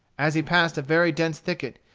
as he passed a very dense thicket,